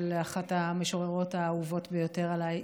של אחת המשוררות האהובות ביותר עליי,